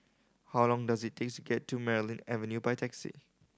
how long does it takes get to Merryn Avenue by taxi